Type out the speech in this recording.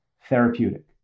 therapeutic